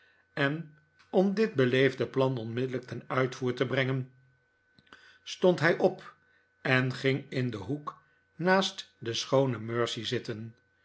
en om dit beleefde plan onmiddellijk ten uitvoer te brengen stond hij op en ging in den hoek naast de schoone mercy zitten